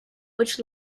which